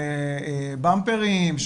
של באמפרים,